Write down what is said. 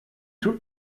tut